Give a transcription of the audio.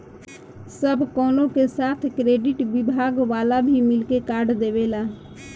सब कवनो के साथ क्रेडिट विभाग वाला भी मिल के कार्ड देवेला